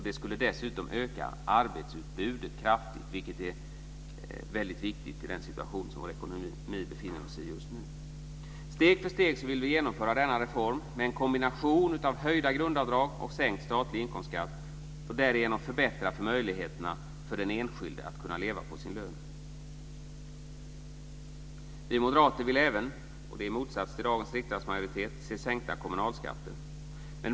Det skulle dessutom öka arbetsutbudet kraftigt, vilket är väldigt viktigt i den situation som ekonomin befinner sig i just nu. Vi vill genomföra denna reform steg för steg med en kombination av höjda grundavdrag och sänkt statlig inkomstskatt. Därigenom förbättrar vi möjligheterna för den enskilde att leva på sin lön. Vi moderater vill även, i motsats till dagens riksdagsmajoritet, se sänkta kommunalskatter.